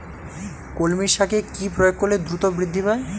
কলমি শাকে কি প্রয়োগ করলে দ্রুত বৃদ্ধি পায়?